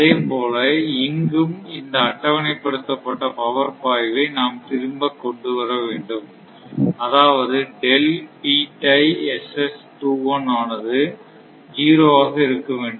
அதே போல இங்கும் இந்த அட்டவணைப்படுத்தப்பட்ட பவர் பாய்வை நாம் திரும்ப கொண்டு வர வேண்டும் அதாவது ஆனது 0 ஆக இருக்க வேண்டும்